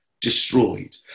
destroyed